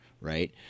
right